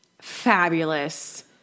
fabulous